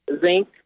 zinc